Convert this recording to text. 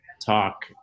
talk